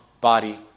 body